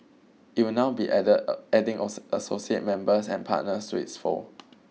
it will now be adding associate members and partners to its fold